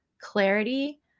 clarity